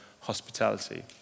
hospitality